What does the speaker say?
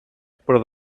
però